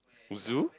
zoo